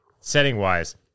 setting-wise